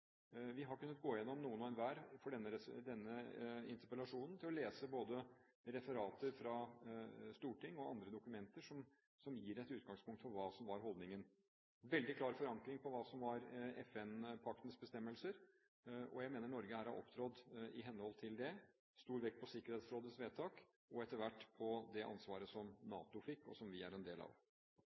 Vi har noen hver i forbindelse med denne interpellasjonen kunnet gå igjennom og lese både referater fra Stortinget og andre dokumenter som gir et utgangspunkt for hva som var holdningen. Det var en veldig klar forankring i det som var FN-paktens bestemmelser, og jeg mener Norge her har opptrådt i henhold til det. Det var lagt stor vekt på Sikkerhetsrådets vedtak og etter hvert på det ansvaret som NATO fikk, og som vi er en del av.